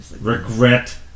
regret